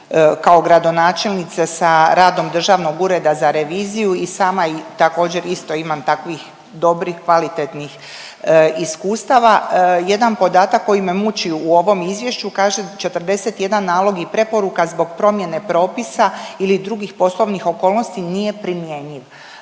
kao gradonačelnica sa radom Državnog ureda za reviziju i sama također isto imam takvih dobrih, kvalitetnih iskustava. Jedan podatak koji me muči u ovom izvješću kaže 41 nalog i preporuka zbog promjene propisa ili drugih poslovnih okolnosti nije primjenjiv.